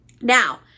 Now